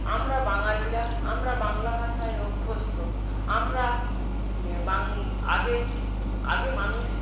আমরা বাঙালিরা আমরা বাংলা ভাষায় অভ্যস্ত আমরা বাং আগে আগে মানুষ